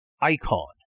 icon